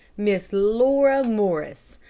miss laura morris.